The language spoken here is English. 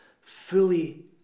Fully